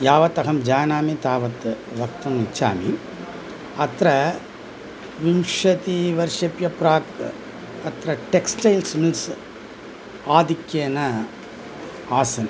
यावत् अहं जानामि तावत् वक्तुम् इच्छामि अत्र विंशतिवर्षेभ्यः प्राक् अत्र टेक्स्टैल्स् मिल्स् आधिक्येन आसन्